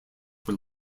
were